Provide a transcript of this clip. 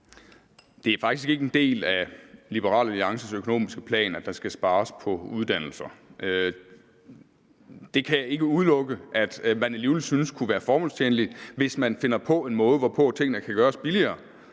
Det er faktisk ikke en del af Liberal Alliances økonomiske plan, at der skal spares på uddannelser. Jeg kan ikke udelukke, at man alligevel synes, det kunne være formålstjenligt, hvis man finder på en måde, hvorpå tingene kan gøres billigere,